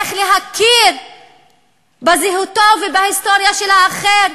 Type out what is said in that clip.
איך להכיר בזהות ובהיסטוריה של האחר.